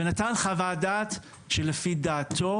ונתן חוות דעת שלפי דעתו